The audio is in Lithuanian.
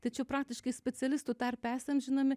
tačiau praktiškai specialistų tarpe esam žinomi